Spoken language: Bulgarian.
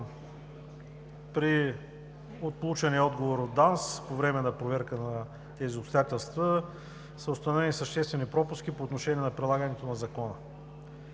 от получения отговор от ДАНС по време на проверка на тези обстоятелства са установени съществени пропуски по отношение на прилагането на Закона.